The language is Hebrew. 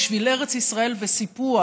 בשביל ארץ ישראל וסיפוח,